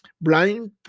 blind